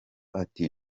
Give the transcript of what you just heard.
ati